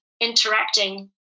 interacting